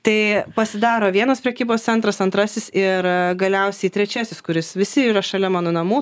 tai pasidaro vienas prekybos centras antrasis ir galiausiai trečiasis kuris visi yra šalia mano namų